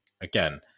Again